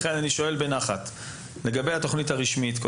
אני שואל בנחת, לגבי התוכנית הרשמית.